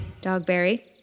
Dogberry